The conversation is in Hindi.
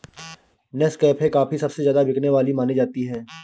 नेस्कैफ़े कॉफी सबसे ज्यादा बिकने वाली मानी जाती है